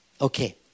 Okay